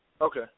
Okay